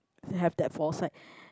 have that four side